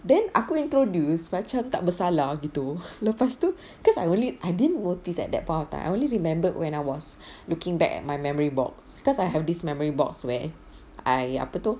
then aku introduce macam tak bersalah gitu lepas tu because I only I didn't notice at that point of time I only remembered when I was looking back at my memory box because I have this memory box where I apa tu